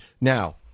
Now